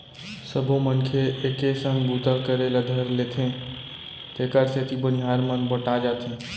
सबो मनखे मन एके संग बूता करे ल धर लेथें तेकर सेती बनिहार मन बँटा जाथें